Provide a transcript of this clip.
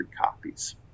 copies